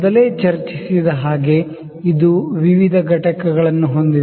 ಮೊದಲೇ ಚರ್ಚಿಸಿದ ಹಾಗೆ ಇದು ವಿವಿಧ ಘಟಕಗಳನ್ನು ಹೊಂದಿದೆ